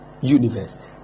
universe